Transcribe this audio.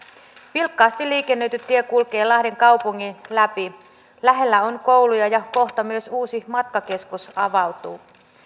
vilkkaasti liikennöity tie kulkee lahden kaupungin läpi lähellä on kouluja ja kohta myös uusi matkakeskus avautuu